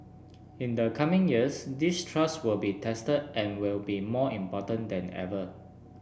in the coming years this trust will be tested and will be more important than ever